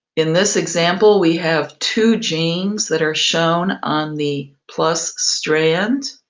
in this example, we have two genes that are shown on the plus strand.